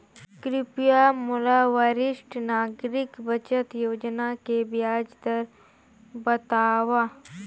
कृपया मोला वरिष्ठ नागरिक बचत योजना के ब्याज दर बतावव